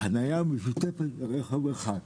חניה משותפת לרכב אחד.